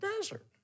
desert